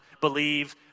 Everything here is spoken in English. believe